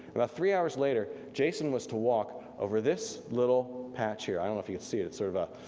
about three hours later jason was to walk over this little patch here, i don't know if you can see it, it's sort of a